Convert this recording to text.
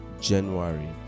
January